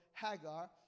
Hagar